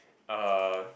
uh